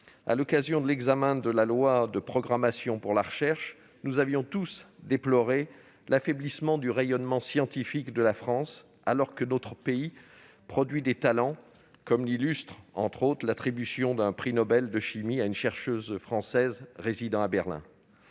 à l'occasion de l'examen de la loi de programmation de la recherche, nous avions tous déploré l'affaiblissement du rayonnement scientifique de la France, alors que notre pays produit des talents, comme en témoigne, par exemple, l'attribution d'un prix Nobel de chimie à une chercheuse française résidant à Berlin.